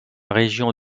région